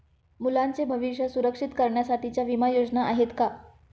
मुलांचे भविष्य सुरक्षित करण्यासाठीच्या विमा योजना आहेत का?